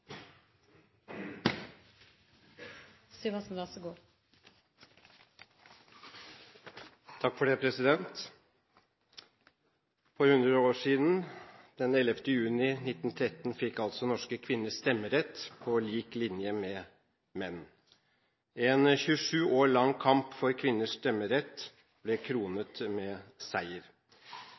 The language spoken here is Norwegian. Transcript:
For 100 år siden, den 11. juni 1913, fikk altså norske kvinner stemmerett på lik linje med menn. En 27 år lang kamp for kvinners stemmerett ble kronet med seier.